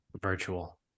Virtual